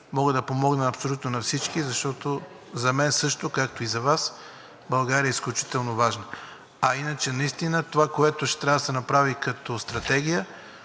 Мога да помогна абсолютно на всички, защото за мен също, както и за Вас България е изключително важна. А иначе наистина това, което ще трябва да се направи като стратегия,